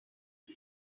was